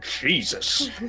Jesus